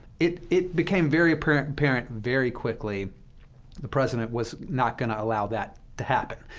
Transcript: it it became very apparent apparent very quickly the president was not going to allow that to happen.